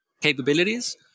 capabilities